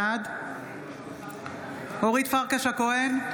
בעד אורית פרקש הכהן,